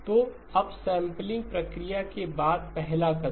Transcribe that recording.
तो अपसेंपलिंग प्रक्रिया के बाद पहला कदम